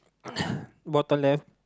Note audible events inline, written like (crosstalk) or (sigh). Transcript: (coughs) bottom left